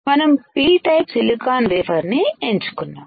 మనం P type silicon wafer ని ఎంచుకున్నాం